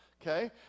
okay